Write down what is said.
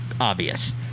obvious